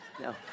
No